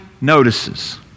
notices